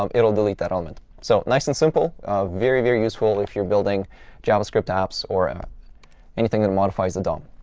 um it'll delete that element. so nice and simple, um very very useful if you're building javascript apps or anything that modifies the dom.